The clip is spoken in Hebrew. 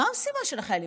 מה המשימה של החיילים?